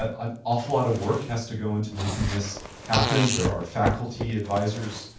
ah an awful lot of work has to go into making this happen. there are faculty advisors,